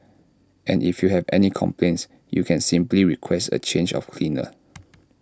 and if you have any complaints you can simply request A change of cleaner